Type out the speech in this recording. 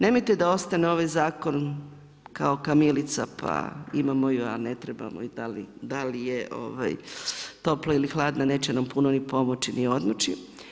Nemojte da ostane ovaj zakon kao kamilica pa imamo ju a ne trebamo ju, da li je topla ili hladna, neće nam puno ni pomoći ni odmoći.